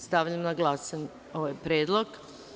Stavljam na glasanje ovaj predlog.